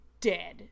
dead